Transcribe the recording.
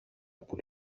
που